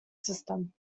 system